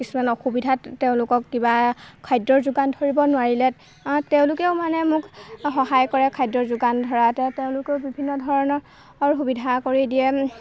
কিছুমান অসুবিধাত তেওঁলোকক কিবা খাদ্যৰ যোগান ধৰিব নোৱাৰিলে তেওঁলোকেও মানে মোক সহায় কৰে খাদ্য যোগান ধৰাত তেওঁলোকেও বিভিন্ন ধৰণৰ অৰ সুবিধা কৰি দিয়ে